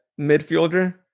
midfielder